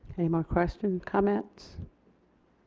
any more questions, comments